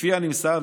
לפי הנמסר,